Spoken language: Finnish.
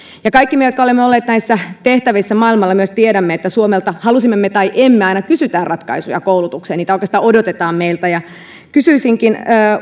kaikki me jotka olemme olleet näissä tehtävissä maailmalla myös tiedämme että suomelta halusimme me tai emme aina kysytään ratkaisuja koulutukseen niitä oikeastaan odotetaan meiltä kysyisinkin